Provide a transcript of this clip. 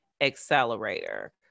accelerator